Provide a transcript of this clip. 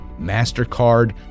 MasterCard